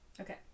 Okay